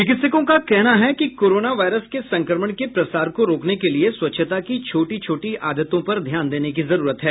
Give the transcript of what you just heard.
चिकित्सकों का कहना है कि कोरोना वायरस के संक्रमण के प्रसार को रोकने के लिये स्वच्छता की छोटी छोटी आदतों पर ध्यान देने की जरूरत है